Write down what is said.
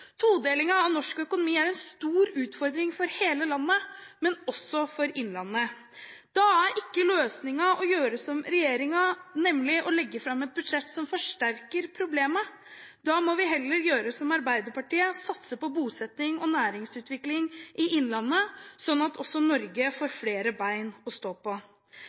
av norsk økonomi er en stor utfordring for hele landet, men også for innlandet. Da er ikke løsningen å gjøre som regjeringen, nemlig å legge fram et budsjett som forsterker problemet. Da må vi heller gjøre som Arbeiderpartiet, satse på bosetting og næringsutvikling i innlandet, slik at Norge får flere bein å stå på.